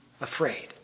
afraid